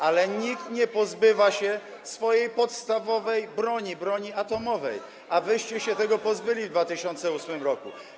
Ale nikt nie pozbywa się swojej podstawowej broni, broni atomowej, a wyście się tego pozbyli w 2008 r.